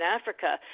Africa